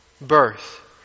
birth